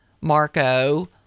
Marco